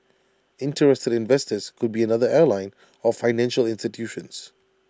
interested investors could be another airline or financial institutions